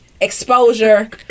exposure